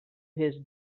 his